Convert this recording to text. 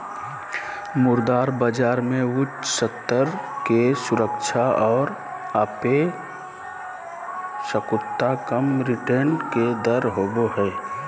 मुद्रा बाजार मे उच्च स्तर के सुरक्षा आर अपेक्षाकृत कम रिटर्न के दर होवो हय